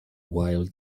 while